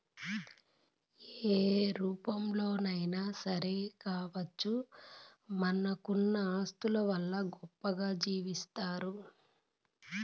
ఏ రూపంలోనైనా సరే కావచ్చు మనకున్న ఆస్తుల వల్ల గొప్పగా జీవిస్తారు